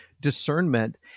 discernment